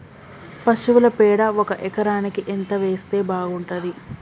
పశువుల పేడ ఒక ఎకరానికి ఎంత వేస్తే బాగుంటది?